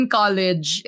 college